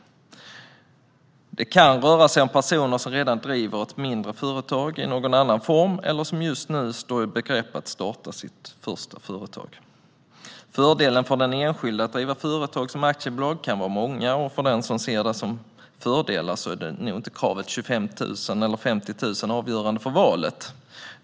Det kan röra sig om personer som redan driver ett mindre företag i någon annan form eller som just nu står i begrepp att starta sitt första företag. Fördelarna för den enskilde att driva sitt företag som aktiebolag kan vara många, och för den som ser dessa fördelar är nog inte kravet på 25 000 eller 50 000 kronor avgörande för valet.